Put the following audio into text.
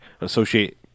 associate